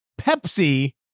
Pepsi